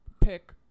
pick